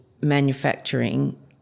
manufacturing